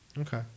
Okay